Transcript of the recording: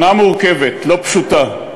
שנה מורכבת, לא פשוטה.